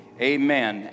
amen